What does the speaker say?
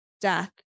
death